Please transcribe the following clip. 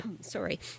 sorry